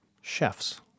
chefs